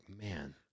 man